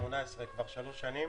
מ-2018 כבר שלוש שנים.